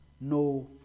no